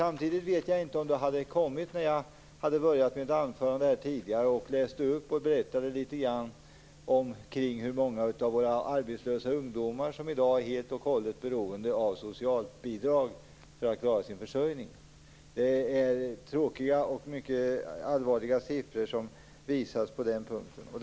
Jag vet inte om Margot Wallström hade kommit hit när jag i mitt anförande tidigare berättade litet grand om hur många av våra arbetslösa ungdomar som i dag är helt och hållet beroende av socialbidrag för att klara sin försörjning. Det är siffror som är mycket tråkiga och allvarliga.